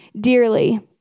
dearly